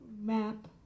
map